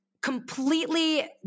completely